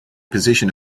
position